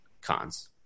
cons